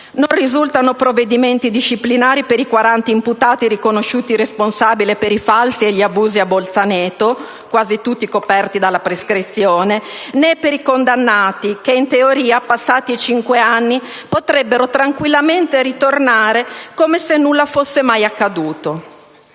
Non risultano provvedimenti disciplinari per i 40 imputati riconosciuti responsabili per i falsi e gli abusi a Bolzaneto, quasi tutti coperti dalla prescrizione, né per i condannati che in teoria, passati i cinque anni, potrebbero tranquillamente ritornare come se nulla fosse mai accaduto.